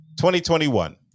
2021